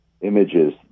images